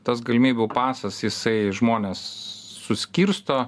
tas galimybių pasas jisai žmones suskirsto